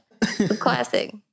Classic